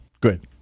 Good